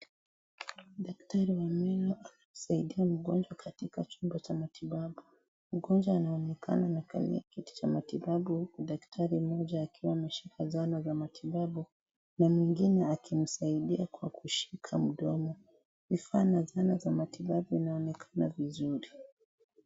Daktari wa meno anamsaidia mgonjwa katika chumba cha matibabu. Mgonjwa anaonekana amekalia kiti cha matibabu huku daktari mmoja akiwa ameshika zana za matibabu, na mwingine akimsaidia kwa kushika mdomo. Vifaa za matibabu zinaonekana vizuri.